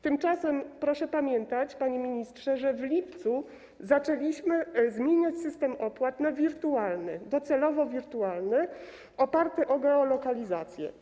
Tymczasem proszę pamiętać, panie ministrze, że w lipcu zaczęliśmy zmieniać system opłat na wirtualny, docelowo wirtualny, oparty o geolokalizację.